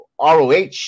ROH